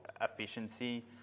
efficiency